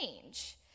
change